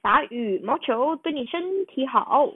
打羽毛球对你身体好